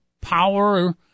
power